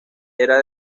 era